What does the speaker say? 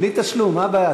בלי תשלום, מה הבעיה?